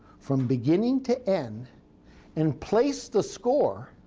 from beginning to end and placed the score